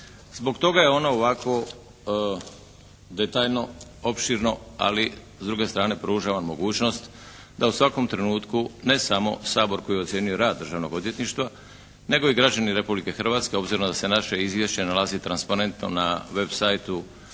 Zbog toga je ono ovakvo detaljno, opširno, ali s druge strane pruža vam mogućnost da u svakom trenutku ne samo Sabor koji ocjenjuje rad državnog odvjetništva nego i građani Republike Hrvatske, obzirom da se naše izvješće nalazi transparentno na web saiteu Državnog